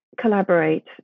collaborate